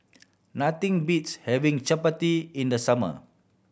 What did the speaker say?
nothing beats having Chapati in the summer